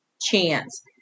chance